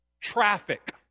Traffic